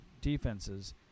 defenses